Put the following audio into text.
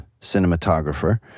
cinematographer